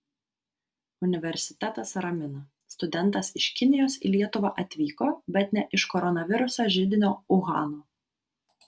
universitetas ramina studentas iš kinijos į lietuvą atvyko bet ne iš koronaviruso židinio uhano